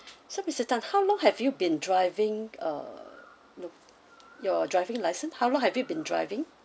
s0 mister tan how long have you been driving uh no your driving license how long have you been driving